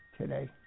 Today